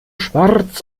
schwarz